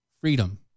freedom